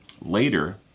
later